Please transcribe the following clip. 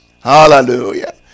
Hallelujah